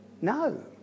No